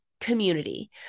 community